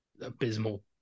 abysmal